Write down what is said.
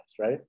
right